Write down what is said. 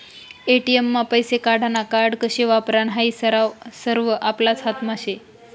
ATM मा पैसा काढानं कार्ड कशे वापरानं हायी सरवं आपलाच हातमा शे